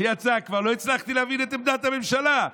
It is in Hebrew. שיצא כבר, לא הצלחתי להבין את עמדת הממשלה.